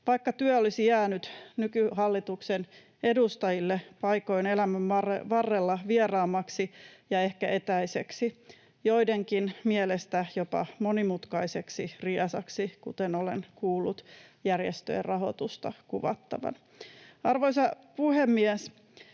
vaikka työ olisi jäänyt nykyhallituksen edustajille paikoin elämän varrella vieraammaksi ja ehkä etäiseksi, joidenkin mielestä jopa monimutkaiseksi riesaksi, kuten olen kuullut järjestöjen rahoitusta kuvattavan. Arvoisa puhemies!